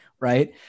Right